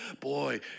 Boy